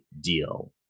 deal